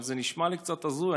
אבל זה נשמע לי קצת הזוי.